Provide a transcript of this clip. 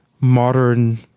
modern